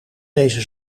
deze